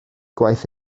gwaith